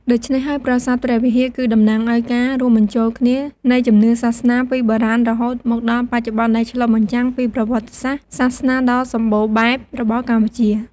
ដូច្នេះហើយ ប្រាសាទព្រះវិហារគឺតំណាងឱ្យការរួមបញ្ចូលគ្នានៃជំនឿសាសនាពីបុរាណរហូតមកដល់បច្ចុប្បន្ន ដែលឆ្លុះបញ្ចាំងពីប្រវត្តិសាស្ត្រសាសនាដ៏សម្បូរបែបរបស់កម្ពុជា។។